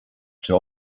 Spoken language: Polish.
czy